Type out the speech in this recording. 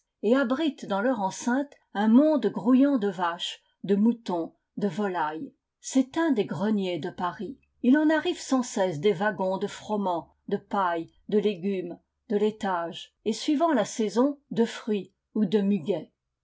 et abritent dans leur enceinte un monde grouillant de vaches de moutons de volailles c'est un des greniers de paris il en arrive sans cesse des vagons de froment de paille de légumes de laitage et suivant la saison de fruits ou de muguet